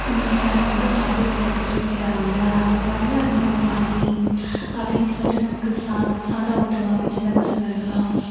நம்ம நிலாவில் வந்து பாட்டி வடை சுட்டு வைக்கிறாங்க அங்கே பாருங்க அது நம்ம பாட்டி அப்படினு சொல்லிட்டு நமக்கு சாதம் ஊட்டுவாங்க சின்ன பசங்களுக்குலாம்